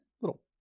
little